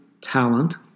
talent